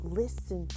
listen